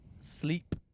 Sleep